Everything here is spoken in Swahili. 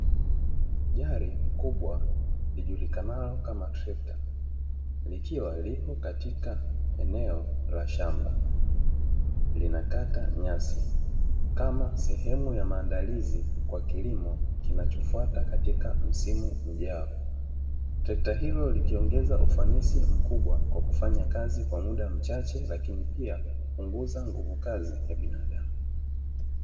Gari kubwa lijulikanalo kama trekta likiwa lipo katika eneo la shamba, linakata nyasi kama sehemu ya maandalizi kwa kilimo kinachofuata katika msimu ujao. Trekta hilo likiongeza ufanisi mkubwa kwa kufanya kazi kwa muda mchache lakini pia kupunguza nguvu kazi ya binadamu.